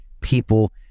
people